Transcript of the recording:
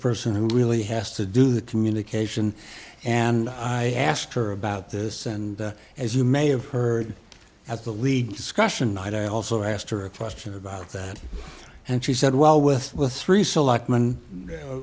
person who really has to do the communication and i asked her about this and as you may have heard at the lead discussion i also asked her a question about that and she said well with with three